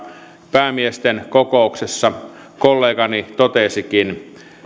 päämiesten kokouksessa kollegani totesikin